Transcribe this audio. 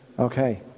Okay